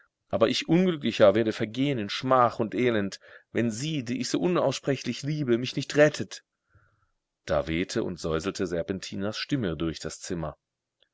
aber ich unglücklicher werde vergehen in schmach und elend wenn sie die ich so unaussprechlich liebe mich nicht rettet da wehte und säuselte serpentinas stimme durch das zimmer